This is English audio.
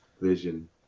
vision